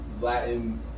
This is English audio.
Latin